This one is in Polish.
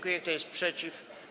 Kto jest przeciw?